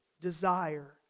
desire